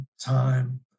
time